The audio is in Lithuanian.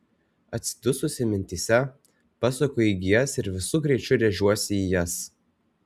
atsidususi mintyse pasuku į gijas ir visu greičiu rėžiuosi į jas